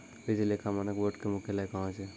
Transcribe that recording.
वित्तीय लेखा मानक बोर्डो के मुख्यालय कहां छै?